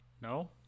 No